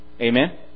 Amen